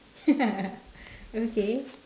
okay